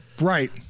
Right